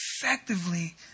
effectively